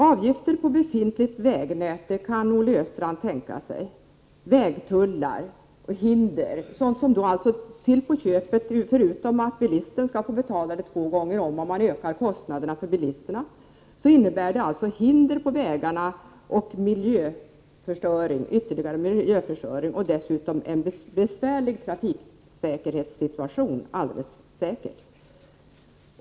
Avgifter på befintligt vägnät kan Olle Östrand tänka sig: Vägtullar och hinder, alltså åtgärder som, förutom att bilisten får betala vägen två gånger, medför ökade kostnader för bilisterna men också innebär hinder på vägarna och ytterligare miljöförstöring. Dessutom leder det alldeles säkert till besvärliga trafiksäkerhetssituationer.